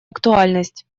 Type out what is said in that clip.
актуальность